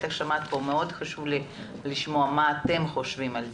מאוד חשוב לי לשמוע מה אתם חושבים על זה.